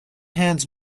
hands